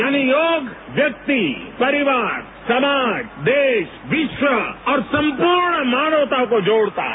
यानि योग व्यक्ति परिवार समाज देश विश्व और संपूर्ण मानवता को जोड़ता है